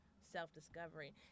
self-discovery